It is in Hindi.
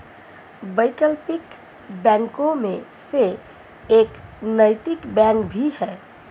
वैकल्पिक बैंकों में से एक नैतिक बैंक भी है